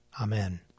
Amen